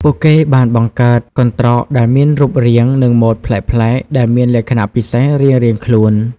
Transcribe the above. ពួកគេបានបង្កើតកន្ត្រកដែលមានរូបរាង និងម៉ូដប្លែកៗ ដែលមានលក្ខណៈពិសេសរៀងៗខ្លួន។